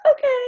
Okay